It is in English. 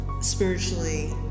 spiritually